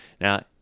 Now